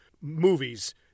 movies